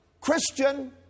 Christian